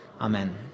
Amen